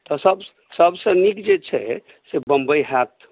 तऽ सभसे नीक जे छै से बंबइ होयत